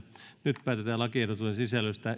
nyt päätetään lakiehdotusten sisällöstä